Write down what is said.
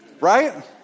right